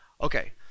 Okay